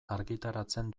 argitaratzen